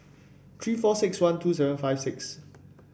three four six one two seven five six